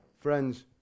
Friends